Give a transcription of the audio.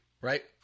right